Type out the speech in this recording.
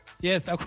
Yes